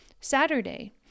Saturday